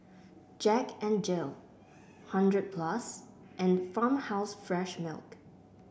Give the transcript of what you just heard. Jack N Jill hundred plus and Farmhouse Fresh Milk